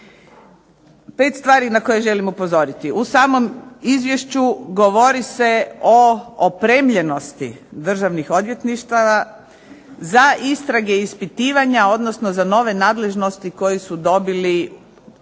Pet stvari na koje želim upozoriti. U samom Izvješću govori se o opremljenosti državnih odvjetništava za istrage i ispitivanja, odnosno za nove nadležnosti koji su dobili novim